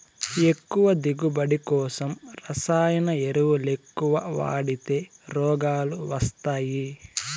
ఎక్కువ దిగువబడి కోసం రసాయన ఎరువులెక్కవ వాడితే రోగాలు వస్తయ్యి